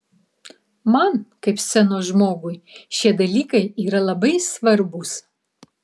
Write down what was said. man kaip scenos žmogui šie dalykai yra labai svarbūs